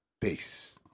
Peace